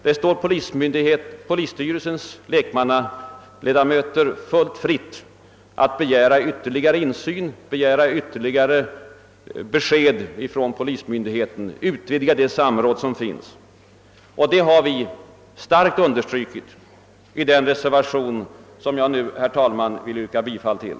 Det står polisstyrelsens lekmannaledamöter fullt fritt att begära ytterligare insyn och besked från polismyndigheten och att utvidga det samråd som finns. Det har vi starkt understrukit i den reservation, som jag, herr talman, vill yrka bifall till.